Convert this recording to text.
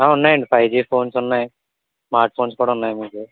ఉన్నాయండి five G phones ఉన్నాయి smart phones కూడా ఉన్నాయి మీకు